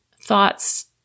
thoughts